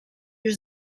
już